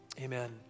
Amen